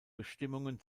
bestimmungen